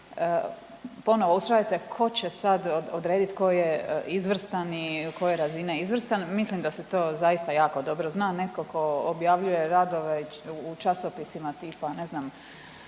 ponovo ustrajete tko će sad odrediti tko je izvrstan i koje razine izvrstan. Mislim da se to zaista jako dobro zna. Netko tko objavljuje radove u časopisima tipa ne znam